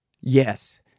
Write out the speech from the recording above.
Yes